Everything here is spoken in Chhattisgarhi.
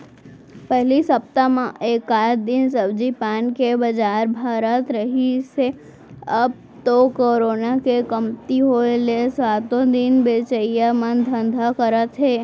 पहिली सप्ता म एकात दिन सब्जी पान के बजार भरात रिहिस हे अब तो करोना के कमती होय ले सातो दिन बेचइया मन धंधा करत हे